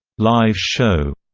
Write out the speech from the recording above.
live show,